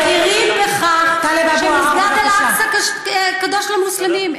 אנחנו מכירים בכך שמסגד אל-אקצא קדוש למוסלמים.